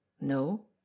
No